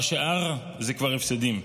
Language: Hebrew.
והשאר זה כבר הפסדים.